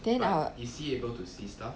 then are you see able to system